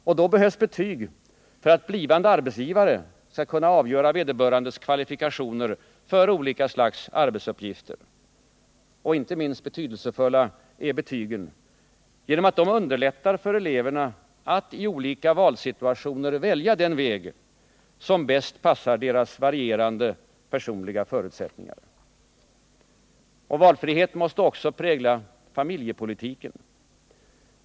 Och då behövs betyg för att blivande arbetsgivare skall kunna avgöra vederbörandes kvalifikationer för olika arbetsuppgifter. Och inte minst betydelsefulla är betygen genom att de underlättar för eleverna att i olika valsituationer välja den väg som bäst passar deras varierande personliga förutsättningar. Valfrihet måste också prägla familjepolitiken.